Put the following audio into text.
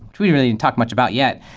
which we really didn't talk much about yet,